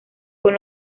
con